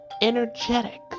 energetic